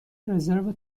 رزرو